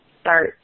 start